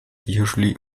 usually